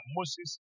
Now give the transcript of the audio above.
Moses